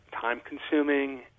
time-consuming